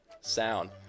sound